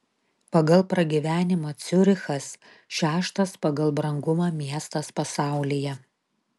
pagal pragyvenimą ciurichas šeštas pagal brangumą miestas pasaulyje